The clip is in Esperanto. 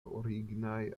originaj